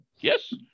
yes